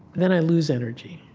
then i lose energy.